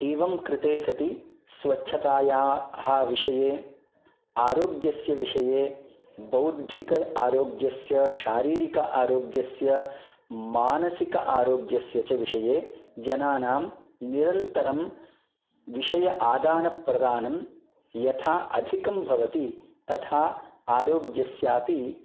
एवं कृते सति स्वच्छतायाः विषये आरोग्यस्य विषये बौद्धिक आरोग्यस्य शारीरिक आरोग्यस्य मानसिक आरोग्यस्य च विषये जनानां निरन्तरं विषय आदानप्रदानं यथा अधिकं भवति तथा आरोग्यस्यापि